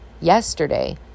yesterday